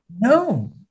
No